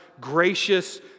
gracious